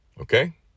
Okay